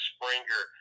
Springer